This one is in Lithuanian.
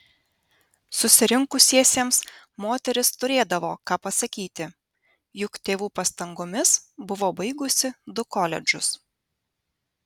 susirinkusiesiems moteris turėdavo ką pasakyti juk tėvų pastangomis buvo baigusi du koledžus